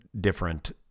different